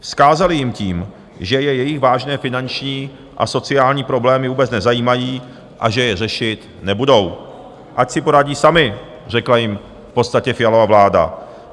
Vzkázali jim tím, že je jejich vážné finanční a sociální problémy vůbec nezajímají a že je řešit nebudou ať si poradí sami, řekla jim v podstatě Fialova vláda.